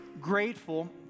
grateful